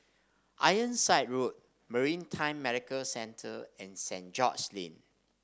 Ironside Road Maritime Medical Centre and Saint George's Lane